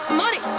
money